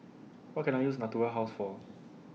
What Can I use Natura House For